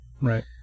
Right